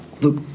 Look